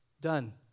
done